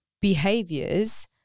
behaviors